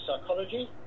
psychology